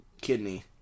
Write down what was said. kidney